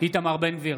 איתמר בן גביר,